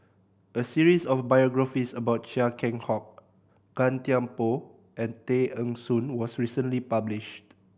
a series of biographies about Chia Keng Hock Gan Thiam Poh and Tay Eng Soon was recently published